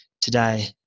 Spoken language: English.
today